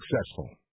successful